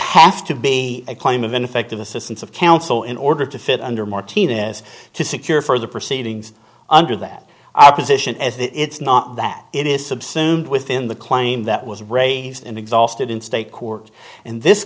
have to be a claim of ineffective assistance of counsel in order to fit under martinez to secure further proceedings under that our position as it's not that it is subsumed within the claim that was raised and exhausted in state court and this